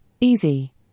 Easy